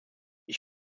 ich